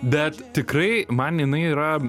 bet tikrai man jinai yra